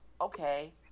okay